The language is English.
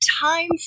Time